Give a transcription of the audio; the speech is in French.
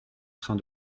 train